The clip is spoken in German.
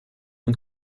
und